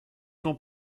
son